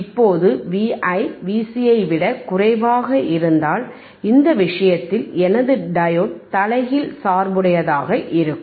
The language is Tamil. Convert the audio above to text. இப்போது Vi Vc ஐ விடக் குறைவாக இருந்தால் இந்த விஷயத்தில் எனது டையோடு தலைகீழ் சார்புடையதாக இருக்கும்